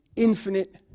infinite